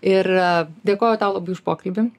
ir dėkoju tau labai už pokalbį